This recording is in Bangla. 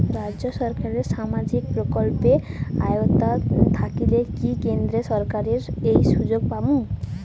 রাজ্য সরকারের সামাজিক প্রকল্পের আওতায় থাকিলে কি কেন্দ্র সরকারের ওই সুযোগ পামু?